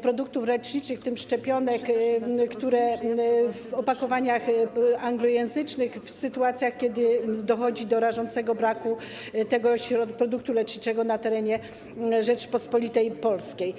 produktów leczniczych, w tym szczepionek w opakowaniach z opisem anglojęzycznym w sytuacjach, kiedy dochodzi do rażącego braku tego produktu leczniczego na terenie Rzeczypospolitej Polskiej.